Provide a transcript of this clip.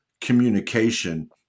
communication